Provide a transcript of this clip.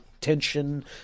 tension